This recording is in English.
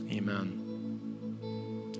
Amen